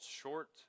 short